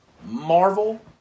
Marvel